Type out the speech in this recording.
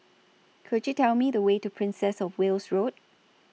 Could YOU Tell Me The Way to Princess of Wales Road